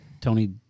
Tony